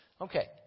Okay